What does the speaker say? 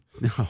No